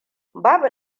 babu